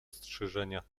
strzyżenia